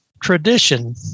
tradition